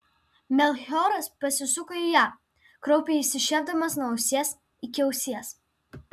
melchioras pasisuko į ją kraupiai išsišiepdamas nuo ausies iki ausies